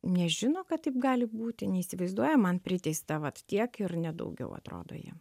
nežino kad taip gali būti neįsivaizduoja man priteista vat tiek ir ne daugiau atrodo jiem